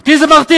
כי זה מרתיח,